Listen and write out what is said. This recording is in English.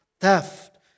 theft